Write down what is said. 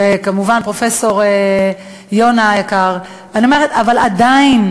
וכמובן פרופסור יונה היקר, אבל עדיין